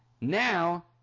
Now